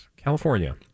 California